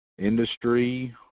industry